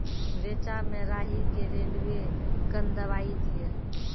रेचा मे राही के रेलवे कन दवाई दीय?